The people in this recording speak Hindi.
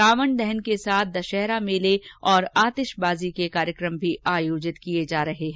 रावण दहन के साथ दशहरा मेले और आतिशबाजी के कार्यक्रम भी आयोजित किए जा रहे हैं